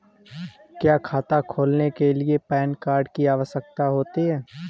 क्या खाता खोलने के लिए पैन कार्ड की आवश्यकता होती है?